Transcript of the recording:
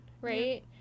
right